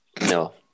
No